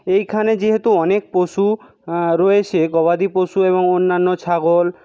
এইখানে যেহেতু অনেক পশু রয়েছে গবাদি পশু এবং অন্যান্য ছাগল